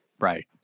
Right